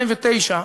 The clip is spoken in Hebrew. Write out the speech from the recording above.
בשנת 2009,